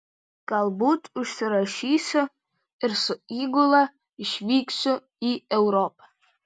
galbūt užsirašysiu ir su įgula išvyksiu į europą